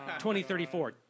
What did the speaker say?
2034